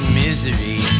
misery